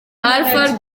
alpha